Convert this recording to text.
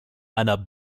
einer